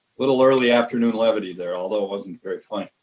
little early afternoon levity there, although it wasn't very funny.